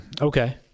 Okay